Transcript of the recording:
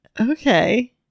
Okay